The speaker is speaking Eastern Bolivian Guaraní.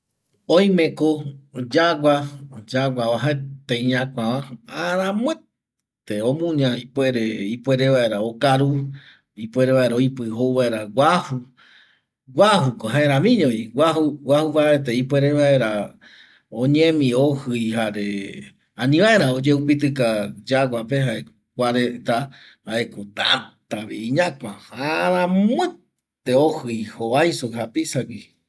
Oimeko yagua, yagua oajaete iñakuava aramuete ipuere omuña ipuere vaera okaru, ipuere vaera oipi jouvaera guaju, guajuko jaeramiñovi, guaju paraete vaera oñemi ojii jare ani vaera oyeupitika yaguape jaeko kuareta jaeko tätavi iñakua aramuete ojii jovaiso japisagui